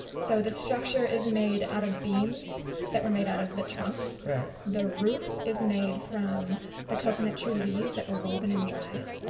so the structure is made out of beams that were made out of the trunk the roof is made from the coconut tree leaves that were woven and dried. ah